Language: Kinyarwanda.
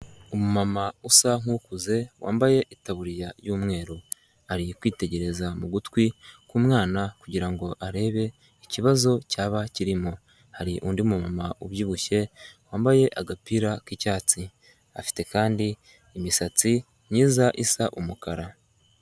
Umu mama usa nk'ukuze wambaye itaburiya y'umweru ari kwitegereza mu gutwi kw'umwana kugirango arebe ikibazo cyaba kirimo, hari undi muntu ubyibushye wambaye agapira k'icyatsi, afite kandi imisatsi myiza isa umukara.